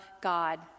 God